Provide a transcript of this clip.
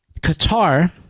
Qatar